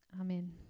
Amen